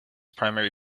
primary